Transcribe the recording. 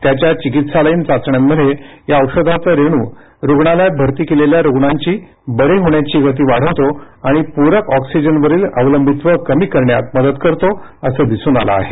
त्याच्या चिकित्सालयीन चाचण्यांमध्ये या औषधाचा रेणू रुग्णालयात भरती केलेल्या रुग्णांची बरे होण्याची गती वाढवतो आणि पूरक ऑक्सीजनवरील अवलंबित्व कमी करण्यात मदत करतो असं दिसून आलं आहे